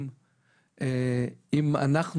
אנשי השטח,